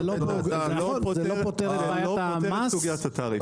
אבל זה לא פותר את סוגיית התעריף.